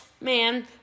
man